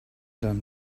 done